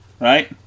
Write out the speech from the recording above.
Right